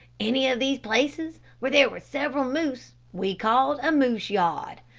any of these places where there were several moose we called a moose yard.